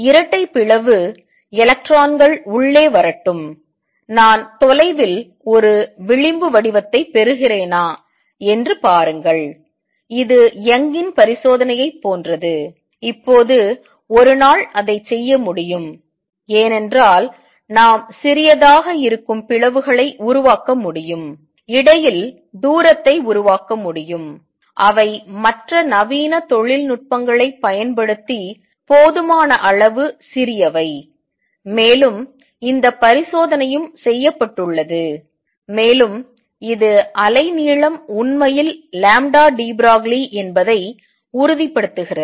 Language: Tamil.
இரட்டை பிளவு எலக்ட்ரான்கள் உள்ளே வரட்டும் நான் தொலைவில் ஒரு விளிம்பு வடிவத்தைப் பெறுகிறேனா என்று பாருங்கள் இது யங்கின் பரிசோதனையைப் போன்றது இப்போது ஒரு நாள் அதைச் செய்ய முடியும் ஏனென்றால் நாம் சிறியதாக இருக்கும் பிளவுகளை உருவாக்க முடியும் இடையில் தூரத்தை உருவாக்க முடியும் அவை மற்ற நவீன தொழில்நுட்பங்களைப் பயன்படுத்தி போதுமான அளவு சிறியவை மேலும் இந்த பரிசோதனையும் செய்யப்பட்டுள்ளது மேலும் இது அலைநீளம் உண்மையில் deBroglie என்பதை உறுதிப்படுத்துகிறது